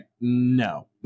no